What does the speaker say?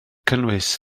cynnwys